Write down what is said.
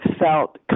felt